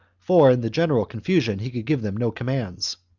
for in the general confusion he could give them no commands.